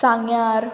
सांग्यार